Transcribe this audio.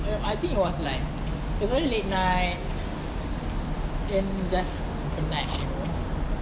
I think it was like very late night and just penat you know